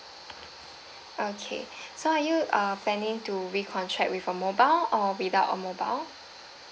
okay so are you uh planning to re-contract with a mobile or without a mobile